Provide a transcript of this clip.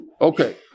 okay